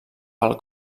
pel